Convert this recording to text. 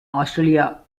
austria